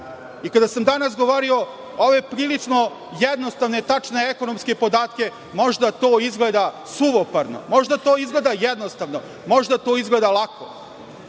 sam danas govorio ove prilično jednostavne i tačne ekonomske podatke, možda to izgleda suvoparno, možda to izgleda jednostavno, možda to izgleda lako,